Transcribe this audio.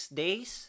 days